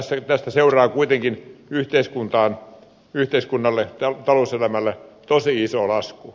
tästä seuraa kuitenkin yhteiskunnalle talouselämälle tosi iso lasku